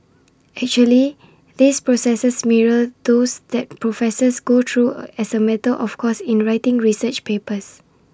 actually these processes mirror those that professors go through as A matter of course in writing research papers